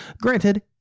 Granted